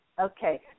Okay